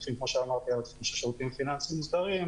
שירותים פיננסיים מוסדרים,